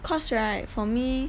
cause right for me